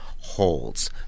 Holds